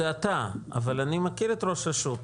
זה אתה אבל אני מכיר את ראש הרשות,